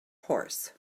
horse